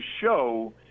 show